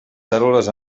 cèl·lules